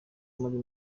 muri